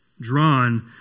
drawn